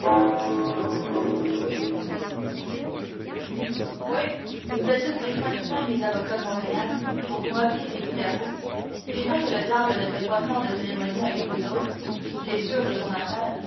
oui vous êtes tous des fins fins les avocats d montréal pour vous moquer des loups-garous il es vrai que le diable ne fait pas tant de cérémonies avec vous autres et qu'il est si sûr de son affaire